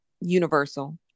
universal